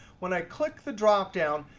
when i click the dropdown,